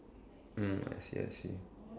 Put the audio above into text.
mm I see I see